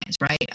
right